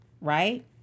right